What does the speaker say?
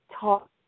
Talk